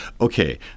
okay